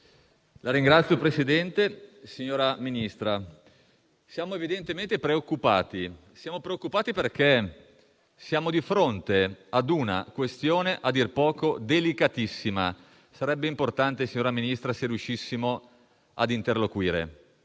finestra") *(M5S)*. Signor Ministro, siamo evidentemente preoccupati perché siamo di fronte a una questione a dir poco delicatissima. Sarebbe importante, signor Ministro, se riuscissimo ad interloquire.